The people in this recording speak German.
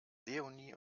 leonie